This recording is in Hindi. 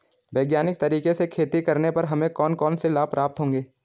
वैज्ञानिक तरीके से खेती करने पर हमें कौन कौन से लाभ प्राप्त होंगे?